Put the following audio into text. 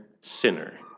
sinner